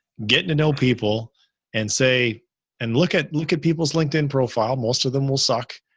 getting to know people and say and look at, look at people's linkedin profile. most of them will suck.